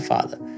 Father